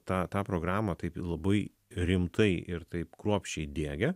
tą tą programą taip labai rimtai ir taip kruopščiai diegė